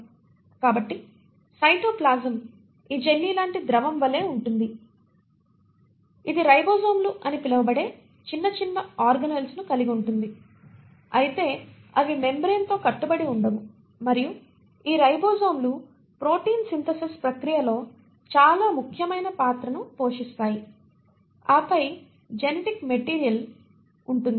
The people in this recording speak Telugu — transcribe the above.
కాబట్టి సైటోప్లాజమ్ ఈ జెల్లీలాంటి ద్రవం వలె ఉంటుంది ఇది రైబోజోమ్లు అని పిలువబడే చిన్న చిన్న ఆర్గనేల్ లను కలిగి ఉంటుంది అయితే అవి మెంబ్రేన్ తో కట్టుబడి ఉండవు మరియు ఈ రైబోజోమ్లు ప్రోటీన్ సింథసిస్ ప్రక్రియలో చాలా ముఖ్యమైన పాత్ర పోషిస్తాయి ఆపై జెనెటిక్ మెటీరియల్ ఉంటుంది